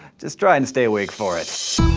just try and stay awake for it.